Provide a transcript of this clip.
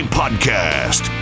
podcast